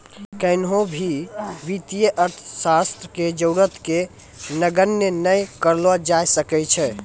किन्हो भी वित्तीय अर्थशास्त्र के जरूरत के नगण्य नै करलो जाय सकै छै